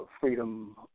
freedom